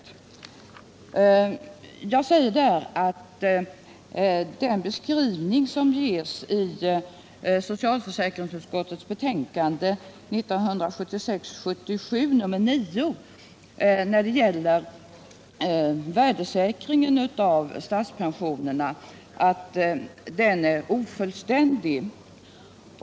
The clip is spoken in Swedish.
I det yttrandet säger jag att den beskrivning som görs i socialförsäkringsutskottets betänkande 1976/77:9 när det gäller värdeförsäkringen av statspensionerna är ofullständig.